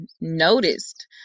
noticed